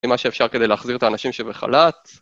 עם מה שאפשר כדי להחזיר את האנשים שבחל"ת.